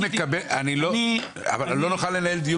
צריך להאשים.